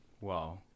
Wow